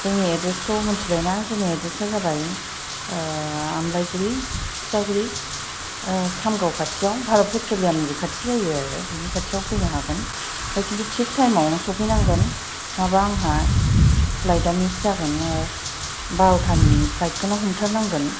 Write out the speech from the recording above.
जोंनि एड्रेसखौ मिथिबायना जोंनि एड्रेसा जाबाय आमलायगुरि थिथागुरि सामगाव खाथियाव भारत पेट्रलियामबो खाथि जायो आरो बिनि खाथियाव फैनो हागोन आमफाय खिन्थु थिग टाइमाव सौफैनांगोन नङाब्ला आंहा फ्लाइटआ मिस जागोन आरो आंहा बारथानि फ्लाइटखौनो हमथार नांगोन